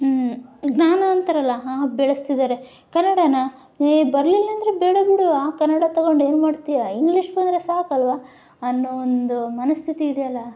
ಜ್ಞಾನ ಅಂತಾರಲ್ಲ ಹಾಗೆ ಬೆಳಸ್ತಿದ್ದಾರೆ ಕನ್ನಡನ ಏ ಬರಲಿಲ್ಲಾಂದ್ರೆ ಬೇಡ ಬಿಡು ಆ ಕನ್ನಡ ತಗೊಂಡು ಏನು ಮಾಡ್ತೀಯಾ ಇಂಗ್ಲೀಷ್ ಬಂದರೆ ಸಾಕಲ್ಲವಾ ಅನ್ನೋ ಒಂದು ಮನಸ್ಥಿತಿ ಇದೆ ಅಲ್ಲಾ